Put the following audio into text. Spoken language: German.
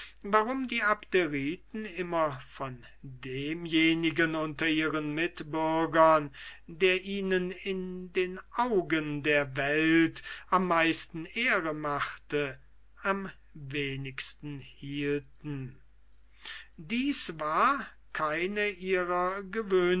warum die abderiten von demjenigen unter ihren mitbürgern der ihnen in den augen der welt am meisten ehre machte immer am wenigsten hielten dies war keine ihrer